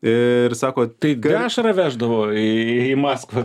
ir sako tai dešrą veždavo į maskvą